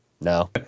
No